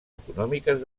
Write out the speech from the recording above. econòmiques